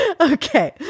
Okay